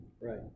Right